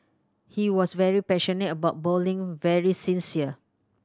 he was very passionate about bowling very sincere